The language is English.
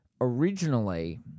originally